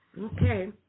Okay